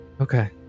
Okay